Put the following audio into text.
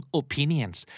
opinions